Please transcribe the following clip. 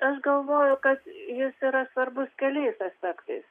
aš galvoju kad jis yra svarbus keliais aspektais